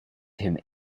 him